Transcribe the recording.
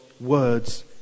words